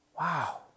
wow